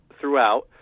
throughout